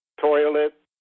toilet